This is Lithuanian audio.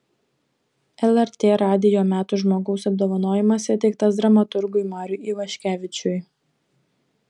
lrt radijo metų žmogaus apdovanojimas įteiktas dramaturgui mariui ivaškevičiui